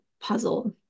puzzle